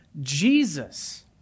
Jesus